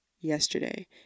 yesterday